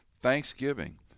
Thanksgiving